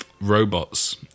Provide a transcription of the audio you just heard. robots